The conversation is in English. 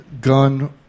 gun